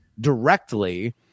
directly